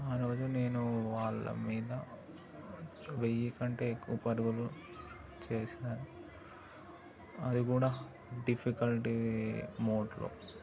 ఆ రోజు నేను వాళ్ళ మీద వేయి కంటే ఎక్కువ పరుగులు చేసాను అది కూడా డిఫికల్టీ మోడ్లో